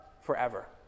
forever